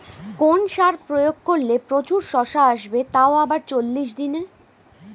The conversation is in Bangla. কোন সার প্রয়োগ করলে প্রচুর শশা আসবে তাও আবার চল্লিশ দিনে?